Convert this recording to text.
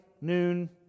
noon